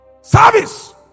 service